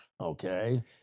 Okay